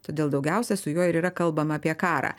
todėl daugiausia su juo ir yra kalbama apie karą